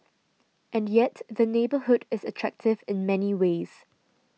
and yet the neighbourhood is attractive in many ways